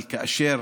אבל כאשר